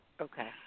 Okay